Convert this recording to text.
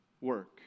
work